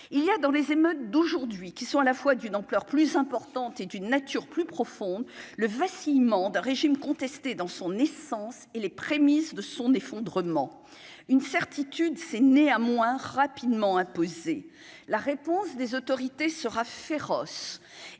il y a dans les émeutes d'aujourd'hui qui sont à la fois d'une ampleur plus importante et d'une nature plus profonde le vacillement d'un régime contesté dans son essence et les prémices de son effondrement, une certitude, c'est né à moins rapidement imposé la réponse des autorités sera féroce